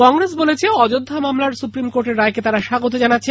কংগ্রেস আজ বলেছে অযোধ্যা মামলায় সুপ্রিম কোর্টের রায়কে তারা স্বাগত জানাচ্ছে